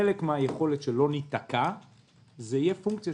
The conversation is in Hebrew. חלק מהיכולת שלא ניתקע יהיה פונקציה